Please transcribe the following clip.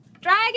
Dragon